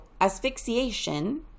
asphyxiation